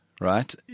right